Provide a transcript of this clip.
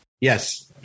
Yes